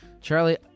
Charlie